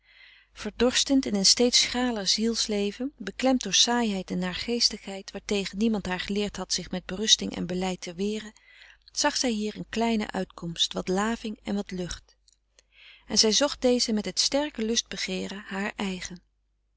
verdorstend in een steeds schraler zielsleven beklemd door saaiheid en naargeestigheid waartegen niemand haar geleerd had zich met berusting en beleid te weren zag zij hier een kleine uitkomst wat laving en wat lucht en zij zocht deze met het sterke lustbegeeren haar eigen